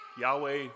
Yahweh